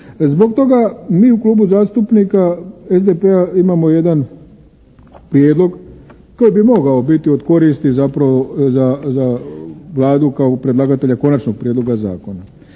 Zbog toga, mi u Klubu zastupnika SDP-a imamo jedan prijedlog koji bi mogao biti od koristi zapravo za Vladu kao predlagatelja Konačnog prijedloga Zakona.